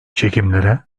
çekimlere